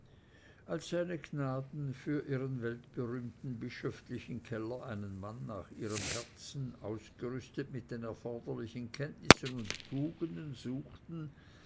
als seine gnaden für ihren weltberühmten bischöflichen keller einen mann nach ihrem herzen ausgerüstet mit den erforderlichen kenntnissen und tugenden suchten